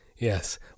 Yes